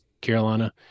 Carolina